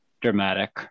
dramatic